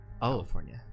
California